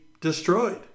destroyed